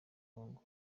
congo